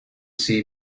see